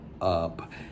up